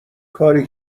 کاری